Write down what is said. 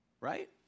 right